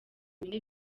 bine